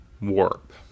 warp